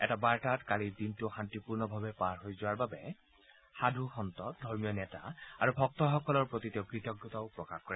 এটা বাৰ্তাত কালিৰ দিনটো শাস্তিপূৰ্ণভাৱে পাৰ হৈ যোৱাৰ কাৰণে সাধু সন্ত ধৰ্মীয় নেতা আৰু ভক্তসকলৰ প্ৰতি তেওঁ কৃতজ্ঞতা প্ৰকাশ কৰে